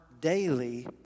daily